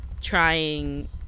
trying